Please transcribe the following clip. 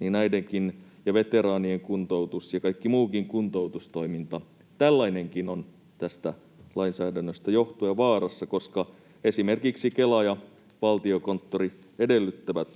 ja kuntoutus, veteraanien kuntoutus ja kaikki muukin kuntoutustoiminta — tällainenkin on tästä lainsäädännöstä johtuen vaarassa, koska esimerkiksi Kela ja Valtiokonttori edellyttävät